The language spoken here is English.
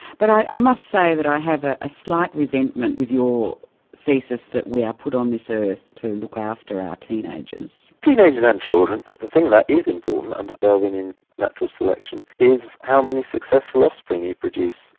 but i ah must say i have a slight resentment with your thesis that we are put on this earth to look after our teenagers. teenagers and children. the thing that is important under darwinian natural selection is how many successful offspring you produce.